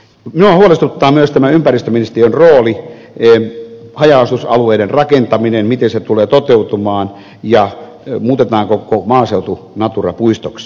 minua huolestuttaa myös tämä ympäristöministeriön rooli haja asutusalueiden rakentaminen miten se tulee toteutumaan ja se muutetaanko koko maaseutu natura puistoksi